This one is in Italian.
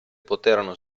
poterono